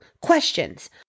Questions